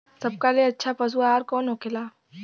सबका ले अच्छा पशु आहार कवन होखेला?